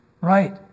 Right